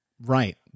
Right